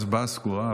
בעד ההצבעה סגורה.